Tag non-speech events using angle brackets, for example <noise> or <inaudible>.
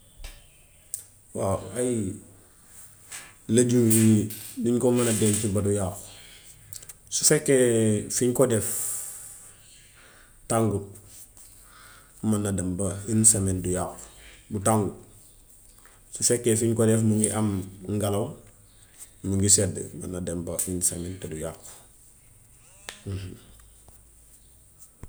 Waaw ay legum yii <noise> niñ ko mën a dencee ba du yàqu. Su fekke fiŋ ko def tàngut mën na dem ba une semaine du yàqu. Bu tàngut. Su fekkee fiŋ ko def mu ngee am ngelaw mu ngi sedd, mun na dem ba une semaine te du yàqu. <noise> <unintelligible>